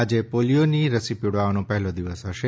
આજે પોલિયોની રસી પીવડાવવાનો પહેલો દિવસ હશે